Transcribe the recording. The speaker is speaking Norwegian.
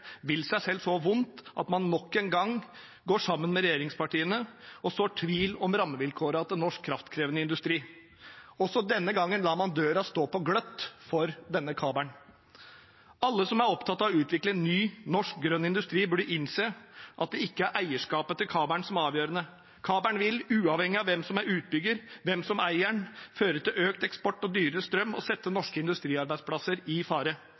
vil seg selv så vondt at man nok en gang går sammen med regjeringspartiene og sår tvil om rammevilkårene til norsk kraftkrevende industri, at man også denne gangen lar døra stå på gløtt for denne kabelen. Alle som er opptatt av å utvikle ny, norsk grønn industri, burde innse at det ikke er eierskapet til kabelen som er avgjørende. Kabelen vil, uavhengig av hvem som er utbygger og hvem som eier den, føre til økt eksport og dyrere strøm og sette norske industriarbeidsplasser i fare.